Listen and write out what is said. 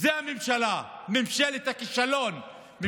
זאת הממשלה, ממשלת הכישלון.